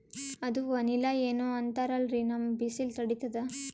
ಅದು ವನಿಲಾ ಏನೋ ಅಂತಾರಲ್ರೀ, ನಮ್ ಬಿಸಿಲ ತಡೀತದಾ?